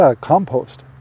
compost